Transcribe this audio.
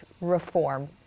reform